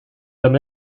them